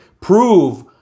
prove